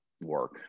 work